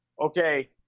okay